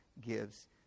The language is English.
gives